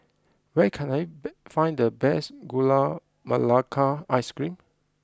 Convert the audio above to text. where can T find the best Gula Melaka Ice Cream